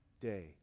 day